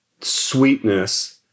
sweetness